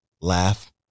laugh